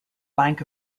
bank